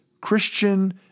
Christian